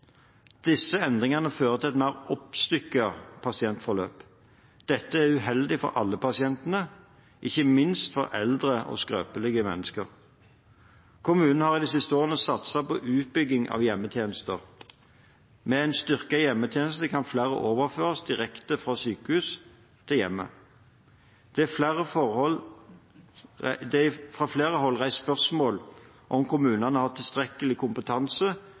Disse endringene fører til et mer oppstykket pasientforløp. Dette er uheldig for alle pasientene, ikke minst for eldre og skrøpelige mennesker. Kommunene har de siste årene satset på utbygging av hjemmetjenester. Med en styrket hjemmetjeneste kan flere overføres direkte fra sykehus til hjemmet. Det er fra flere hold reist spørsmål om kommunene har tilstrekkelig kompetanse